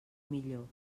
millor